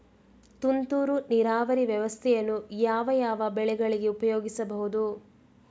ತುಂತುರು ನೀರಾವರಿ ವ್ಯವಸ್ಥೆಯನ್ನು ಯಾವ್ಯಾವ ಬೆಳೆಗಳಿಗೆ ಉಪಯೋಗಿಸಬಹುದು?